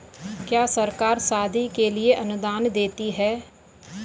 क्या सरकार शादी के लिए अनुदान देती है?